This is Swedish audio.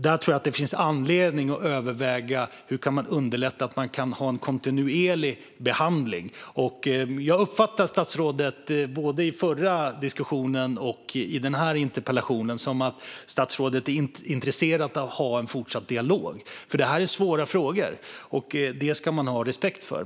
Jag tror att det finns anledning att överväga hur man ska underlätta en kontinuerlig behandling. Både i den förra diskussionen och den här interpellationsdebatten har jag uppfattat det som att statsrådet är intresserad av att ha en fortsatt dialog. Det här är svåra frågor, och det ska man ha respekt för.